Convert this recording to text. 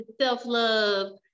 self-love